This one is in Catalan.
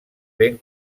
ben